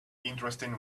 interesting